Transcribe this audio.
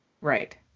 Right